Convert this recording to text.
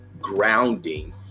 grounding